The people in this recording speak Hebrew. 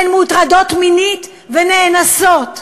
הן מוטרדות מינית ונאנסות.